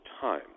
time